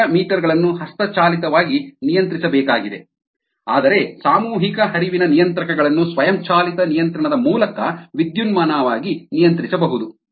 rotameter ಗಳನ್ನು ಹಸ್ತಚಾಲಿತವಾಗಿ ನಿಯಂತ್ರಿಸಬೇಕಾಗಿದೆ ಆದರೆ ಸಾಮೂಹಿಕ ಹರಿವಿನ ನಿಯಂತ್ರಕಗಳನ್ನು ಸ್ವಯಂಚಾಲಿತ ನಿಯಂತ್ರಣದ ಮೂಲಕ ವಿದ್ಯುನ್ಮಾನವಾಗಿ ನಿಯಂತ್ರಿಸಬಹುದು